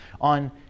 on